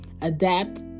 adapt